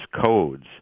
codes